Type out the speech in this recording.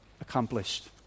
accomplished